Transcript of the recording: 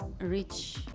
rich